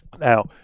Now